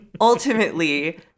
ultimately